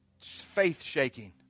faith-shaking